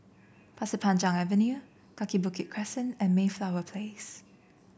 Pasir Panjang Avenue Kaki Bukit Crescent and Mayflower Place